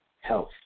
health